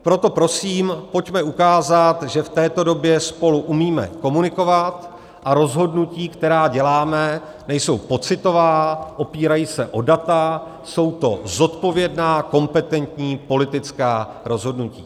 Proto prosím pojďme ukázat, že v této době spolu umíme komunikovat a rozhodnutí, která děláme, nejsou pocitová, opírají se o data, jsou to zodpovědná, kompetentní politická rozhodnutí.